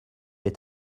est